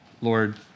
Lord